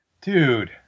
Dude